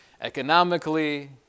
Economically